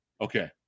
Okay